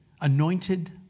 anointed